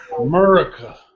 America